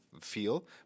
feel